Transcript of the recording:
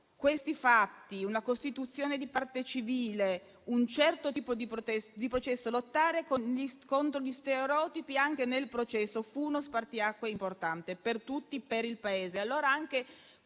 questi fatti, con la costituzione di parte civile in un certo tipo di processo, il fatto di lottare contro gli stereotipi anche nel processo fu uno spartiacque importante per tutti, per il Paese.